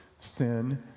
sin